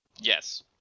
yes